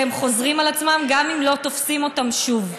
והם חוזרים על עצמם גם אם לא תופסים אותם שוב.